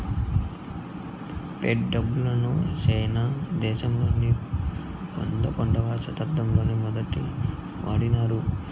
fight డబ్బును China దేశంలో పదకొండవ శతాబ్దంలో మొదటి వాడినారు